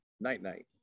night-night